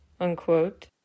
Unquote